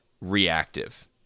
reactive